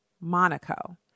Monaco